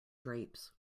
drapes